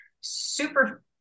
super